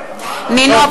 כמובן,